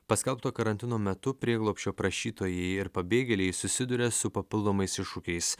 paskelbto karantino metu prieglobsčio prašytojai ir pabėgėliai susiduria su papildomais iššūkiais